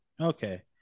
okay